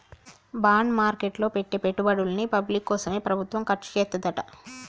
bond market లో పెట్టే పెట్టుబడుల్ని పబ్లిక్ కోసమే ప్రభుత్వం ఖర్చుచేత్తదంట